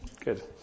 good